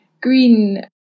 green